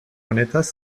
honetaz